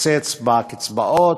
קיצץ בקצבאות,